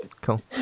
Cool